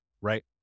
Right